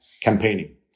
campaigning